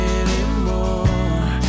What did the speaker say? anymore